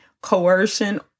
coercion